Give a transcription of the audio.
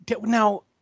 now